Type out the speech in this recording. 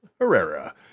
Herrera